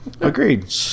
Agreed